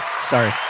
Sorry